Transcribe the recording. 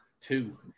two